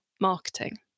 marketing